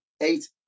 eight